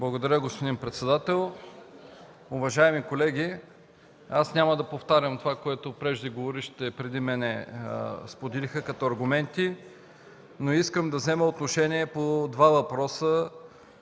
Благодаря, господин председател. Уважаеми колеги, няма да повтарям това, което преждеговорившите преди мен споделиха като аргументи, но искам да взема отношение по два въпроса